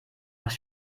nach